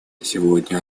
сегодня